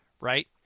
right